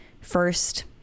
First